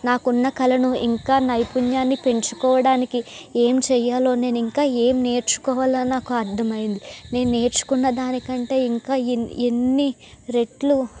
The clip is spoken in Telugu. నాకున్న కళను ఇంకా నైపుణ్యాన్ని పెంచుకోవడానికి ఏం చెయ్యాలో నేను ఇంకా ఏం నేర్చుకోవాలో నాకు అర్ధమయ్యింది నేను నేర్చుకున్నదాని కంటే ఇంకా ఎన్ని రెట్లు